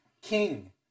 King